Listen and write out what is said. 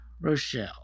Rochelle